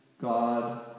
God